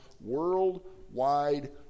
worldwide